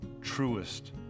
truest